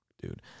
dude